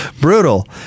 Brutal